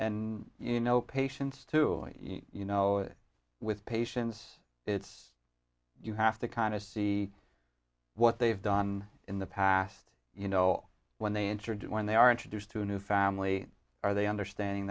and you know patients to you know with patients it's you have to kind of see what they've done in the past you know when they entered when they are introduced to a new family are they understanding